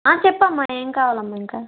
చెప్పమ్మా ఏం కావాలమ్మా ఇంకా